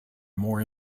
more